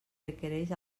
requereix